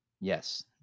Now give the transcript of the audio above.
yes